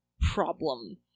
problem